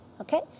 okay